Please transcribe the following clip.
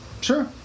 Sure